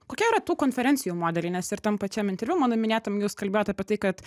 kokie yra tų konferencijų modeliai nes ir tam pačiam interviu mano minėtam jūs kalbėjot apie tai kad